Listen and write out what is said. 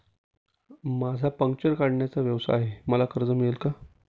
माझा पंक्चर काढण्याचा व्यवसाय आहे मला कर्ज मिळेल का?